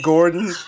Gordon